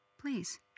Please